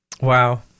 Wow